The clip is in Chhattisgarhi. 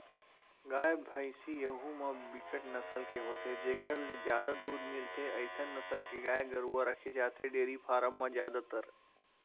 गाय, भइसी यहूँ म बिकट नसल के होथे जेखर ले जादा दूद मिलथे अइसन नसल के गाय गरुवा रखे जाथे डेयरी फारम म जादातर